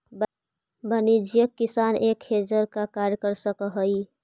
वाणिज्यिक किसान एक हेजर का कार्य कर सकअ हई